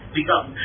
become